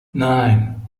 nine